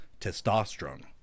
testosterone